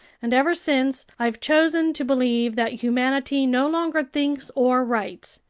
and ever since i've chosen to believe that humanity no longer thinks or writes.